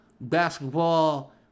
basketball